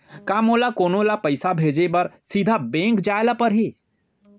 का मोला कोनो ल पइसा भेजे बर सीधा बैंक जाय ला परही?